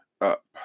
up